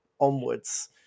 onwards